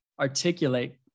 articulate